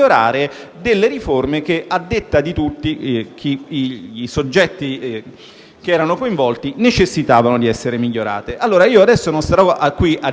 delle riforme che, a detta di tutti i soggetti coinvolti, necessitavano di essere migliorate. Io non starò qui a dirvi